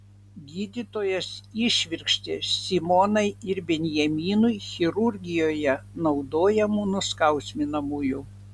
gydytojas įšvirkštė simonai ir benjaminui chirurgijoje naudojamų nuskausminamųjų